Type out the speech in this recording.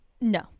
no